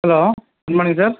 hello good morning sir